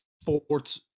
sports